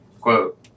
quote